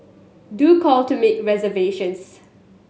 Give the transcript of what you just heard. do call to make reservations